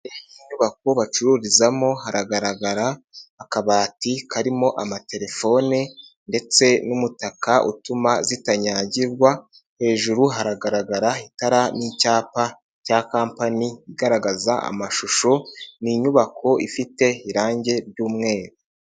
Aho bacururizamo, haragaragara akabati karimo amatelefone ndetse n'umutaka utuma zitanyagirwa, hejuru hagaragara itara n'icyapa cya kampani igaragaza amashusho, ni inyubako ifite irangi ry'umweru.